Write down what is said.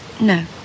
No